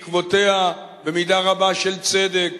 שבעקבותיה, במידה רבה של צדק,